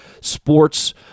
sports